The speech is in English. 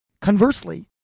Conversely